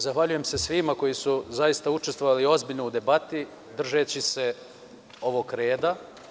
Zahvaljujem se svima koji su ozbiljno učestvovali u debati, držeći se ovog reda.